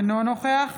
אינו נוכח